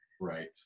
Right